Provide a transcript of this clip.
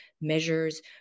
measures